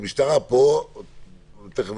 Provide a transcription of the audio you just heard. צה"ל והמשטרה, נכון?